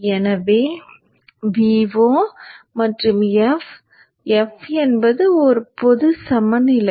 எனவே Vo மற்றும் f f என்பது ஒரு பொது சமநிலை